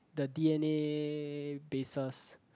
the d_n_a bases